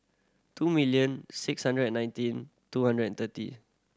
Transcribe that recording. two million six hundred and nineteen two hundred and thirty